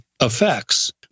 effects